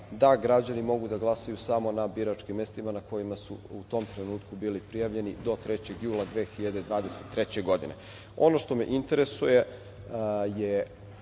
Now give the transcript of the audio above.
da građani mogu da glasaju samo na biračkim mestima na kojima su u tom trenutku bili prijavljeni do 3. jula 2023. godine. Ono što me interesuje je